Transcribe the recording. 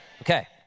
Okay